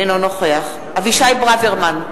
אינו נוכח אבישי ברוורמן,